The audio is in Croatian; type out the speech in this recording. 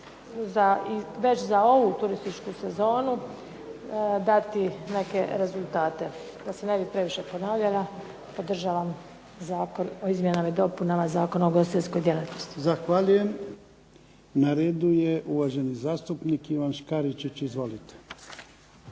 već za ovu turističku sezonu dati neke rezultate. Da se ne bi previše ponavljala podražavam Zakon o izmjenama i dopunama Zakona o ugostiteljskoj djelatnosti. **Jarnjak, Ivan (HDZ)** Zahvaljujem. Na redu je uvaženi zastupnik Ivan Škaričić. Izvolite.